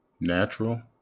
natural